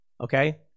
okay